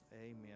Amen